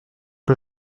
que